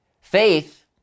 Faith